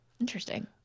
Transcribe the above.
Interesting